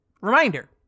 Reminder